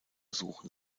suchen